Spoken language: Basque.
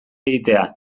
egitea